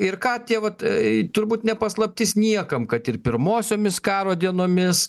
ir ką tie vat e turbūt ne paslaptis niekam kad ir pirmosiomis karo dienomis